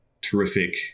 terrific